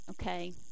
okay